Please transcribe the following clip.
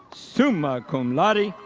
summa cum laude,